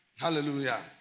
Hallelujah